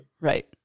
Right